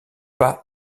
pas